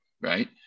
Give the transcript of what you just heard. right